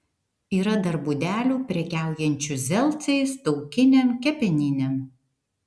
yra dar būdelių prekiaujančių zelcais taukinėm kepeninėm